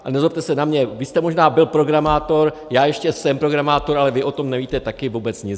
A nezlobte se na mě, vy jste možná byl programátor, já ještě jsem programátor, ale vy o tom nevíte taky vůbec nic.